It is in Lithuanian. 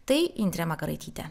tai indrė makaraitytė